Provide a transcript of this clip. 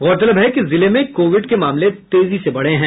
गौरतलब है कि जिले में कोविड के मामले तेजी से बढ़े हैं